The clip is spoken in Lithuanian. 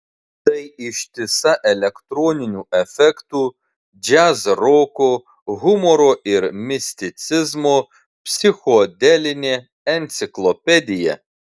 tai ištisa elektroninių efektų džiazroko humoro ir misticizmo psichodelinė enciklopedija